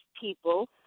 people